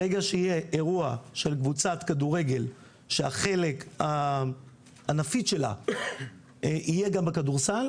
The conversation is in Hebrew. ברגע שיהיה אירוע של קבוצת כדורגל שהחלק הנפיץ שלה יהיה גם בכדורסל,